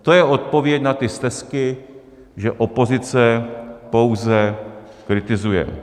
To je odpověď na ty stesky, že opozice pouze kritizuje.